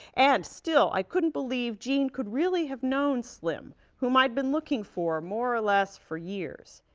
and still i couldn't believe gene could really have known slim whom i have been looking for more or less for years.